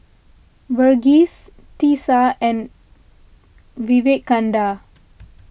Verghese Teesta and Vivekananda